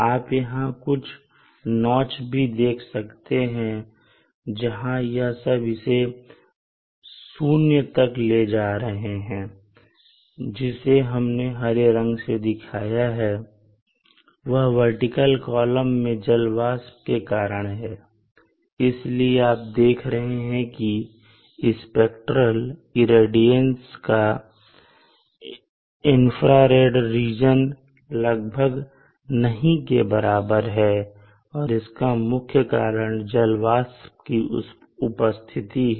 आप यहां कुछ नोच भी देख सकते हैं जहां यह इसे 0 तक ले जा रहे हैं जिसे हमने हरे रंग से दिखाया है यह वर्टिकल कॉलम में जलवाष्प के कारण है इसलिए आप देख रहे हैं कि स्पेक्ट्रल इरेडियंस का इंफ्रारेड रीजन लगभग नहीं के बराबर है इसका मुख्य कारण जलवाष्प की उपस्थिति है